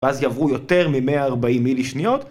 ואז יעברו יותר מ-140 מילי שניות.